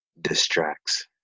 distracts